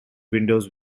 windows